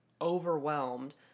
overwhelmed